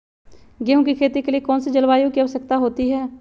गेंहू की खेती के लिए कौन सी जलवायु की आवश्यकता होती है?